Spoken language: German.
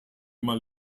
mal